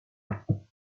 athens